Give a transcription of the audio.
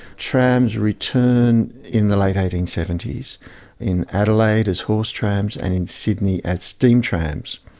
trams returned in the late eighteen seventy s in adelaide as horse trams and in sydney as steam trams,